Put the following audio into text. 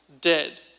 dead